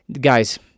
guys